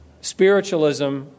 spiritualism